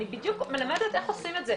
אני בדיוק מלמדת איך עודים את זה,